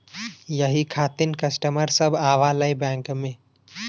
यही खातिन कस्टमर सब आवा ले बैंक मे?